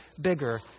bigger